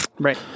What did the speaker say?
Right